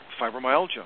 fibromyalgia